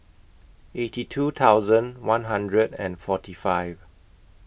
eighty two thousand one hundred and forty five